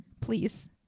Please